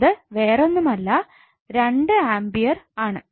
അത് വേറൊന്നുമല്ല രണ്ട് ആംപിയർസ് ആണ്